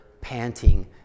panting